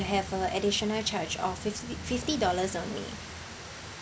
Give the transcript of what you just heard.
have a additional charge of fif~ fifty dollars only